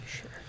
Sure